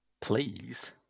Please